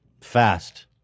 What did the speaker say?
fast